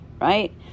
right